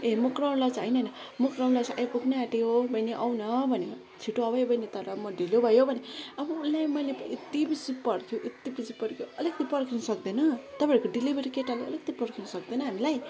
ए म Crown Lodge होइन होइन म क्राउन लज आइपुग्न आँट्यो बहिनी आउन भन्यो छिटो आऊ है बहिनी तर म ढिलो भयो भन्यो अब उसलाई मैले यति बेसी पर्खे यति बेसी पर्खे अलिकति पर्खिन सक्दैन तपाईँहरूको डेलिभेरी केटाले अलिकति पर्खिन सक्दैन हामीलाई